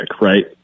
right